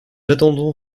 attendons